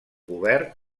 obert